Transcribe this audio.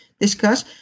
discuss